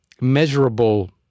measurable